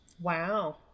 Wow